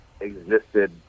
existed